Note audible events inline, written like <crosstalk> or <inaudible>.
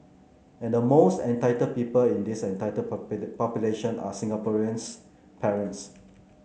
and the most entitled people in this entitled <unintelligible> population are Singaporeans parents